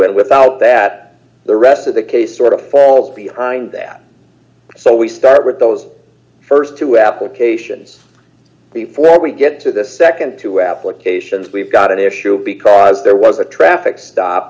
and without that the rest of the case sort of falls behind that so we start with those st two applications before we get to this nd two applications we've got an issue because there was a traffic stop